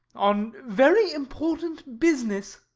on very important business,